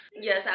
Yes